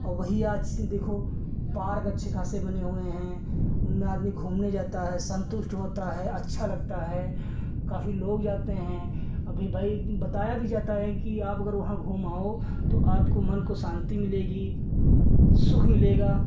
और वही आज की देखो पार्क अच्छे खासे बने हुए हैं उनमें आदमी घूमने जाता है सन्तुष्ट होता है अच्छा लगता है काफ़ी लोग जाते हैं अभी तो भई बताया भी जाता है कि आप अगर वहाँ घूम आओ तो आपके मन को शान्ति मिलेगी सुख मिलेगा